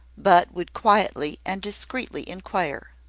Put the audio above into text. but would quietly and discreetly inquire.